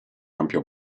ampio